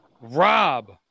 Rob